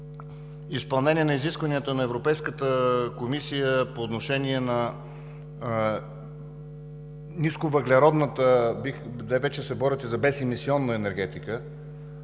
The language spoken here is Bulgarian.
изпълнение на изискванията на Европейската комисия по отношение на нисковъглеродната – те вече се борят и за беземисионна енергетика?